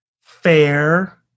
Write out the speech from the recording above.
fair